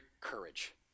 courage